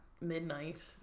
midnight